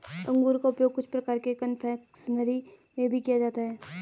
अंगूर का उपयोग कुछ प्रकार के कन्फेक्शनरी में भी किया जाता है